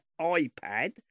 iPad